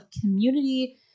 community